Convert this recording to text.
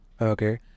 Okay